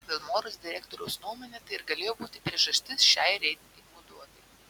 vilmorus direktoriaus nuomone tai ir galėjo būti priežastis šiai reitingų duobei